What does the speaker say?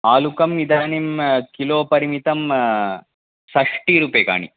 आलुकम् इदानीं किलो परिमितं षष्टिरूप्यकाणि